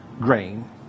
grain